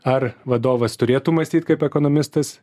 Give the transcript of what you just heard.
ar vadovas turėtų mąstyt kaip ekonomistas